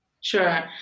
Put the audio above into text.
Sure